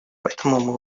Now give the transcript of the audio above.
поэтому